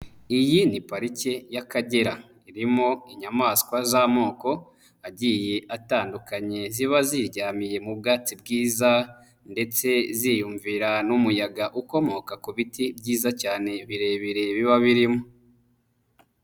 iyi ni pariki y'Akagera. Irimo inyamaswa z'amoko agiye atandukanye ziba ziryamiye mu bwatsi bwiza ndetse ziyumvira n'umuyaga ukomoka ku biti byiza cyane birebire biba birimo.